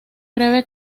breve